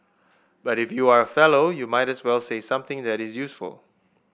but if you are a fellow you might as well say something that is useful